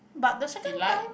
but the second time